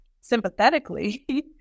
sympathetically